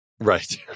right